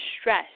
stress